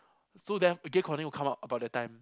so then gear chrono will come out about that time